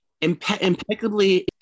impeccably